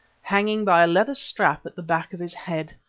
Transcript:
hanging by a leather strap at the back of his head.